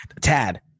tad